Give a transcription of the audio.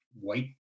white